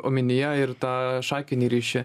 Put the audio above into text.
omenyje ir tą šakinį ryšį